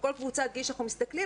על כל קבוצת גיל שאנחנו מסתכלים,